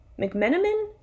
McMenamin